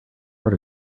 art